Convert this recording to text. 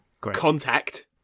Contact